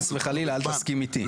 חס וחלילה, אל תסכים איתי.